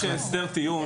ההנחה של הסדר טיעון,